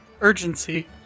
urgency